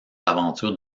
aventures